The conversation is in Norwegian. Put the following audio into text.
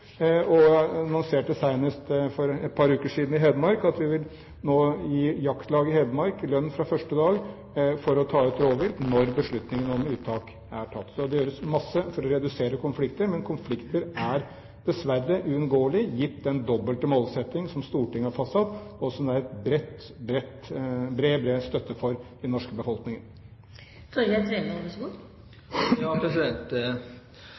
Og vi annonserte senest for et par uker siden i Hedmark at vi nå vil gi jaktlag i Hedmark lønn fra første dag for å ta ut rovvilt når beslutningen om uttak er tatt. Så det gjøres masse for å redusere konflikter, men konflikter er dessverre uunngåelig gitt den dobbelte målsetting som Stortinget har fastsatt, og som det er bred, bred støtte for i den norske